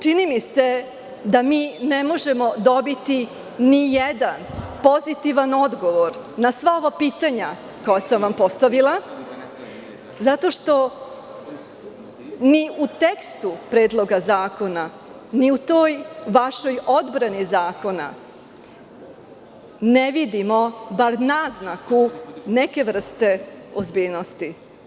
Čini mi se da mi ne možemo dobiti nijedan pozitivan odgovor na sva ova pitanja koja sam vam postavila, zato što ni u tekstu Predloga zakona, ni u toj vašoj odbrani zakona ne vidimo bar naznaku neke vrste ozbiljnosti.